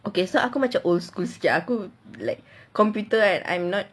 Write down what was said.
okay so aku macam old schools sikit computer I'm not like